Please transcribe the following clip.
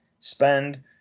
Spend